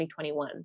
2021